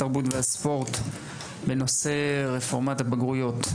התרבות והספורט בנושא: רפורמת הבגרויות.